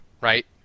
right